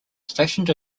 stationed